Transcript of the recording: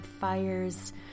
fires